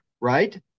right